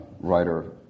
writer